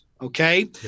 Okay